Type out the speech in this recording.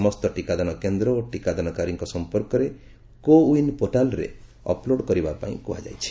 ସମସ୍ତ ଟିକାଦାନ କେନ୍ଦ୍ର ଓ ଟିକାଦାନକାରୀଙ୍କ ସମ୍ମର୍କରେ କୋ ଓ୍ୱନ୍ ପୋର୍ଟାଲ୍ରେ ଅପଲୋଡ୍ କରିବା ପାଇଁ କୁହାଯାଇଛି